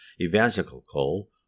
evangelical